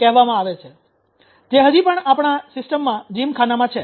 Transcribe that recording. કહેવામાં આવે છે જે હજી પણ આપણા સિસ્ટમમાં જીમખાનામાં છે